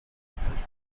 spencer